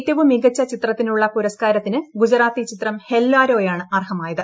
ഏറ്റവും മികച്ച ചിത്രത്തിനുളള പുരസ്കാരത്തിന് ഗുജറാത്തി ചിത്രം ഹെല്ലാരോ യാണ് അർഹമായത്